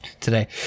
today